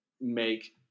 make